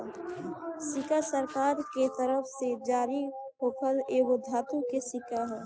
सिक्का सरकार के तरफ से जारी होखल एगो धातु के सिक्का ह